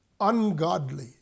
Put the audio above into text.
ungodly